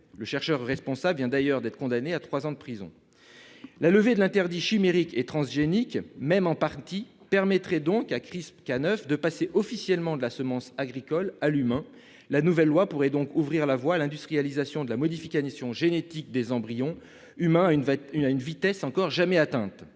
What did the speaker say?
Le chercheur responsable vient d'ailleurs d'être condamné à trois ans de prison. La levée, même partielle, de l'interdit chimérique et transgénique permettrait à CRISPR-Cas9 de passer officiellement de la semence agricole à l'humain. La nouvelle loi pourrait donc ouvrir la voie à l'industrialisation de la modification génétique des embryons humains à une vitesse encore jamais atteinte.